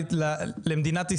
זה משהו שעבדנו עליו.